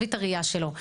זווית הראייה שלו.